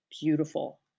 beautiful